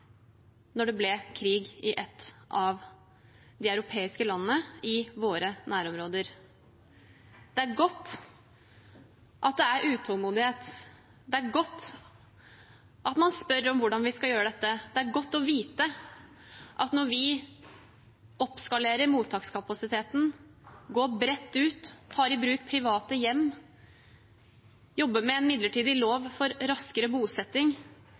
det ble krig i et av de europeiske landene i våre nærområder. Det er godt at det er utålmodighet, og det er godt at man spør hvordan vi skal gjøre dette. Når vi oppskalerer mottakskapasiteten, går bredt ut, tar i bruk private hjem og jobber med en midlertidig lov for raskere bosetting